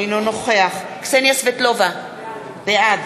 אינו נוכח קסניה סבטלובה, בעד